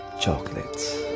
chocolates